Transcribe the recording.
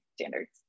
standards